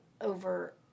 over